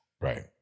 Right